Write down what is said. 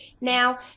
Now